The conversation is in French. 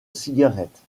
cigarette